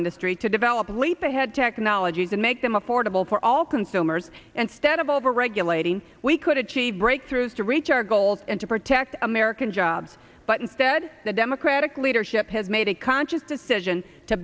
industry to develop leap ahead technology to make them affordable for all consumers and stead of overregulating we could achieve breakthroughs to reach our goals and to protect american jobs but instead the democratic leadership has made a conscious decision to